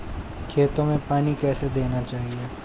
खेतों में पानी कैसे देना चाहिए?